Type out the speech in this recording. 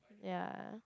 yea